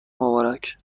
مبارک